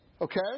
Okay